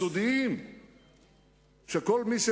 שכל מי,